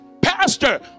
pastor